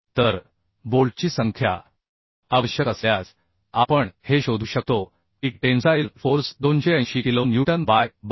तर बोल्टची संख्या आवश्यक असल्यास आपण हे शोधू शकतो की tensile force 280 kilonewton by 72